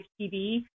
TV